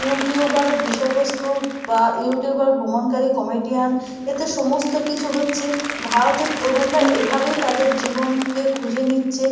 ইউটিউবের বিষয়বস্তু বা ইউটিউবার ভ্রমণকারী কমেডিয়ান এতে সমস্ত কিছু হচ্ছে ভারতের তরুণরা এভাবেই তাদের জীবনকে খুঁজে নিচ্ছে